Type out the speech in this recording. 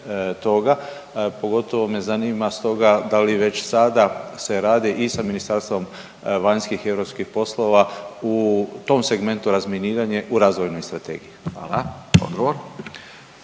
Pogotovo me zanima stoga da li već sada se radi i sa Ministarstvom vanjskih i europskih poslova u tom segmentu razminiranja u razvojnoj strategiji. **Radin,